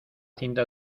cinta